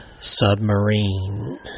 Submarine